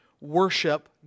worship